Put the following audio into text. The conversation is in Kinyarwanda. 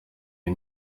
iyi